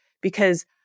because-